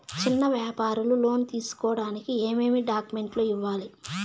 చిన్న వ్యాపారులు లోను తీసుకోడానికి ఏమేమి డాక్యుమెంట్లు ఇవ్వాలి?